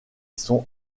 sont